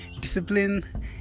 discipline